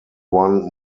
won